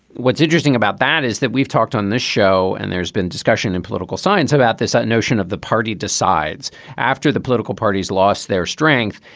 what's interesting about that is that we've talked on this show and there's been discussion in political science about this notion of the party decides after the political parties lost their strength,